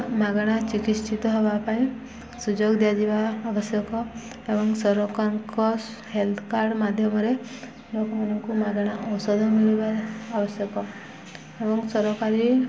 ମାଗଣା ଚିକିତ୍ସିତ ହବା ପାଇଁ ସୁଯୋଗ ଦିଆଯିବା ଆବଶ୍ୟକ ଏବଂ ସରକାରଙ୍କ ହେଲ୍ଥ କାର୍ଡ଼ ମାଧ୍ୟମରେ ଲୋକମାନଙ୍କୁ ମାଗଣା ଔଷଧ ମିଳିବା ଆବଶ୍ୟକ ଏବଂ ସରକାରୀ